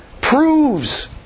proves